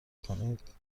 کنید